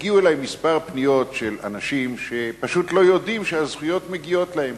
הגיעו אלי כמה פניות של אנשים שפשוט לא יודעים שהזכויות מגיעות להם